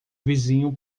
vizinho